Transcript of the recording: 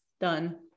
done